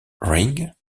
ring